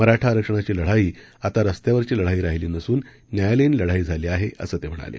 मराठा आरक्षणाची लढाई आता रस्त्यावरची लढाई राहिली नसून न्यायालयीन लढाई झाली आहे असं ते म्हणाले